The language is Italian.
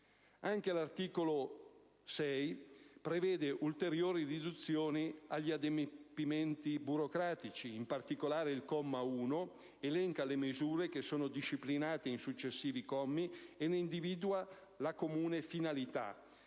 Anche l'articolo 6 prevede ulteriori riduzioni di adempimenti burocratici. In particolare, il comma 1 elenca le misure che sono disciplinate in successivi commi e ne individua la comune finalità,